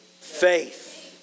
faith